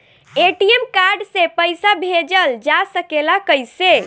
ATM card से पइसा भेजल जा सकेला कइसे?